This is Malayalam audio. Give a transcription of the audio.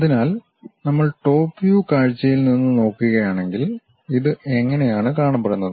അതിനാൽ നമ്മൾ ടോപ് വ്യൂ കാഴ്ചയിൽ നിന്ന് നോക്കുകയാണെങ്കിൽ ഇത് എങ്ങനെയാണ് കാണപ്പെടുന്നത്